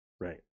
Right